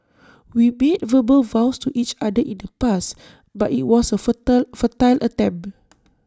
we made verbal vows to each other in the past but IT was A futile futile attempt